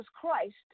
Christ